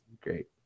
great